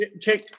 Check